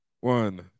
One